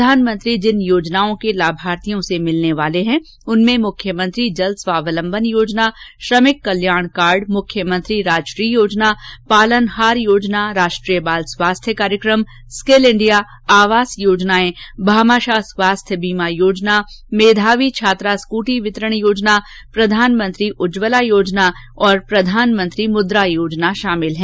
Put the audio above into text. प्रधानमंत्री जिन योजनाओं के लाभार्थियों से मिलने वाले हैं उनमें मुख्यमंत्री जल स्वास्वलंबन योजना श्रमिक कल्याण कार्ड मुख्यमंत्री राजश्री योजना पालनहार योजना राष्ट्रीय बाल स्वास्थ्य कार्यक्रम स्किल इंडिया आवास योजनाएं भामाशाह स्वास्थ्य बीमा योजना मेधावी छात्रा स्कृटी वितरण योजना प्रधानमंत्री उज्ज्वला योजना और प्रधानमंत्री मुद्रा योजना शामिल हैं